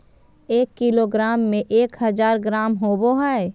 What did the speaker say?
एक किलोग्राम में एक हजार ग्राम होबो हइ